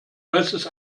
weißes